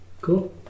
Cool